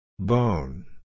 Bone